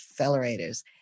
accelerators